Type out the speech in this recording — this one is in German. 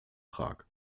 prag